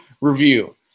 review